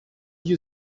you